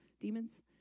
demons